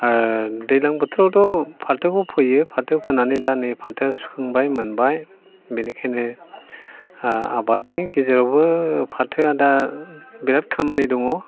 आरो दैज्लां बोथोरावथ' फाथोखौ फोयो फाथो फोनानै दा नै फाथो सुखांबाय मोनबाय बेनिखायनो आबादनि गेजेरावबो फाथोआ दा बेराद खामानि दङ